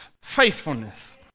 faithfulness